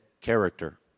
character